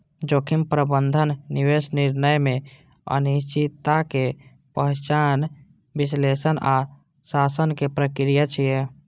जोखिम प्रबंधन निवेश निर्णय मे अनिश्चितताक पहिचान, विश्लेषण आ शमनक प्रक्रिया छियै